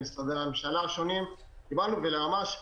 למשרדי הממשלה השונים וליועץ המשפטי,